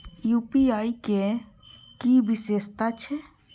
UPI के कि विषेशता छै?